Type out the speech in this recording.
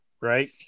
right